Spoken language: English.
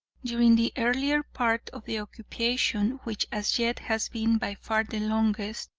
during the earlier part of the occupation which as yet has been by far the longest,